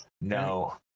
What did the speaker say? No